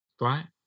Right